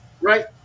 right